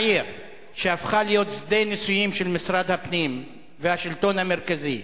בעיר שהפכה להיות שדה ניסויים של משרד הפנים והשלטון המרכזי,